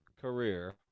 career